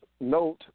note